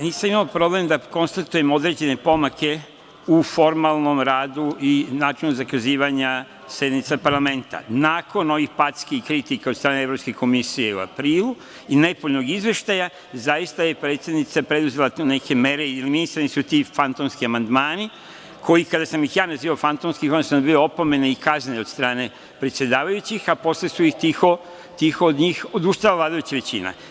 Nisam imao problem da konstatujem određene pomake u formalnom radu i načinu zakazivanja sednica parlamenta, nakon ovih packi i kritika od strane Evropske komisije u aprilu i nepotpunog izveštaja, zaista je predsednica preduzela te neke mere i misaoni su ti fantomski amandmani koji kada sam ih ja nazivao fantomskim, uglavnom sam dobijao opomene i kazne od strane predsedavajućih, a posle su tiho od njih odustala vladajuća većina.